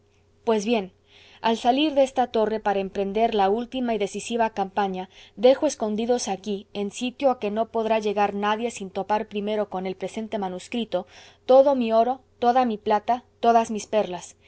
pues bien al salir de esta torre para emprender la última y decisiva campaña dejo escondidos aquí en sitio a que no podrá llegar nadie sin topar primero con el presente manuscrito todo mi oro toda mi plata todas mis perlas